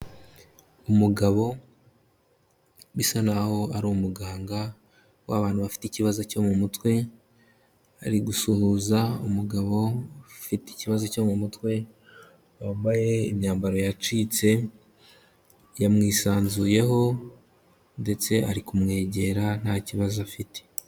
Umugabo bisa naho ari umuganga w'abantu bafite ikibazo cyo mu mutwe, ari gusuhuza umugabo ufite ikibazo cyo mu mutwe, wambaye imyambaro yacitse, yamwisanzuyeho ndetse ari kumwegera, nta kibazo afite.